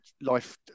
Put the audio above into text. life